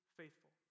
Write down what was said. faithful